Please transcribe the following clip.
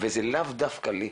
וזה לאו דווקא לי.